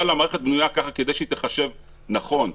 אבל כדי שהמערכת תחשב נכון,